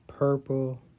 Purple